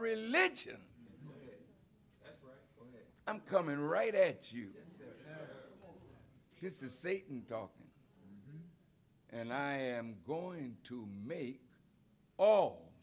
religion i'm coming right at you this is satan talking and i am going to m